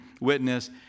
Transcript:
witness